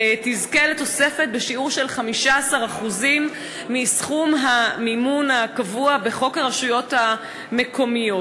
תזכה לתוספת בשיעור של 15% מסכום המימון הקבוע בחוק הרשויות המקומיות.